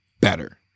better